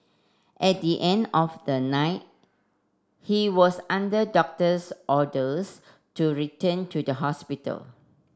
at the end of the night he was under doctor's orders to return to the hospital